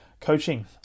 coaching